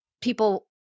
people